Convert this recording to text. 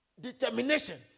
determination